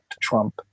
Trump